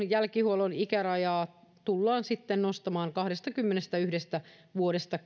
jälkihuollon ikärajaa tullaan nostamaan kahdestakymmenestäyhdestä vuodesta